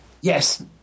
Yes